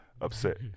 upset